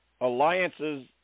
Alliances